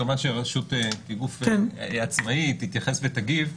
כמובן שהרשות כגוף עצמאי תתייחס ותגיב.